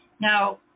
Now